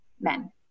men